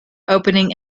opening